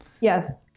yes